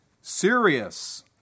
Serious